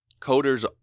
coders